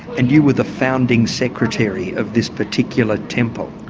and you were the founding secretary of this particular temple?